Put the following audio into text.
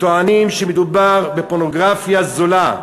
וטוענים שמדובר בפורנוגרפיה זולה.